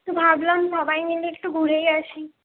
তো ভাবলাম সবাই মিলে একটু ঘুরেই আসি